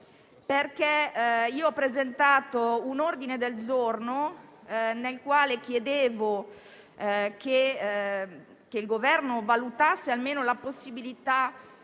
Io ho presentato un ordine del giorno nel quale chiedo al Governo di valutare almeno la possibilità